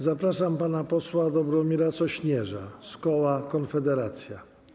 Zapraszam pana posła Dobromira Sośnierza z koła Konfederacja.